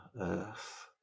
Earth